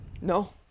No